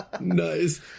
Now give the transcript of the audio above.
Nice